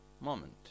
moment